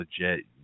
legit